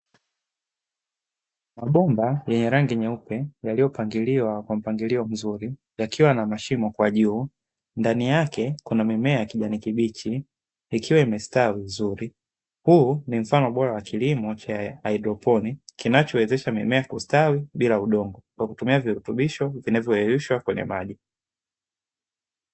Mabomba yenye rangi nyeupe yaliyopangiliwa kwa mpangilio mzuri yakiwa na mashimo kwa juu ndani yake kuna mimea ya kijani kibichi ikiwa imestawi vizuri, huu ni mfano bora wa kilimo cha haidroponi kinachowezesha mimea kustawi bila udongo kwa kutumia virutubisho vinavyoyeyushwa kwenye maji.